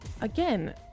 Again